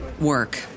work